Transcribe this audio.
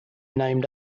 named